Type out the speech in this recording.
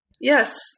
Yes